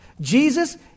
Jesus